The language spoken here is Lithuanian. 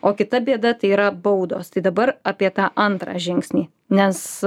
o kita bėda tai yra baudos tai dabar apie tą antrą žingsnį nes